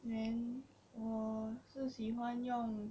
then 我是喜欢用